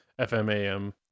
FMAM